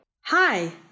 Hi